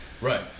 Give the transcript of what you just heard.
Right